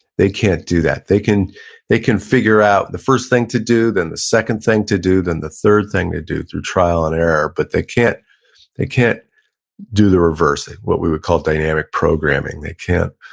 they can't do that, they can they can figure out the first thing to do, then the second thing to do, then the third thing to do through trial and error, but they can't they can't do the reverse, what we would call dynamic programming. they can't,